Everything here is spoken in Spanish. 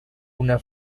una